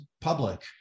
public